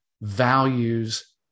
values